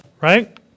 right